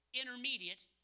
intermediate